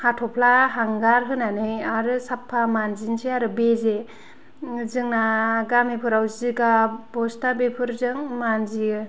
हाथ'फ्ला हांगार होनानै आरो साफा मानजिनोसै आरो बेजे जोंना गामिफोराव जिगाब बस्था बेफोरजों मानजियो